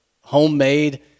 homemade